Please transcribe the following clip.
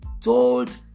told